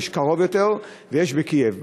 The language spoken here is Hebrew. יש קרוב יותר ויש בקייב,